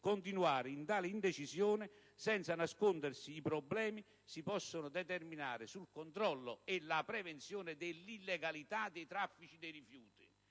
continuare in tale indecisione senza nascondersi i problemi che si possono determinare sul controllo e la prevenzione delle illegalità nei traffici di rifiuti.